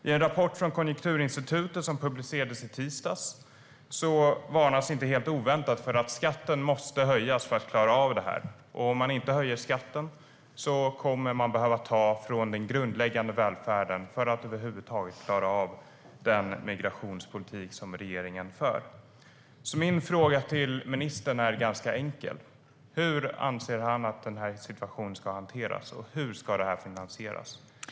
I en rapport från Konjunkturinstitutet som publicerades i tisdags varnas det inte helt oväntat för att skatten måste höjas för att klara av det här. Om man inte höjer skatten kommer man att behöva ta från den grundläggande välfärden för att över huvud taget klara av den migrationspolitik som regeringen för. Min fråga till ministern är ganska enkel: Hur anser han att situationen ska hanteras, och hur ska det här finansieras?